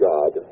God